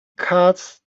cards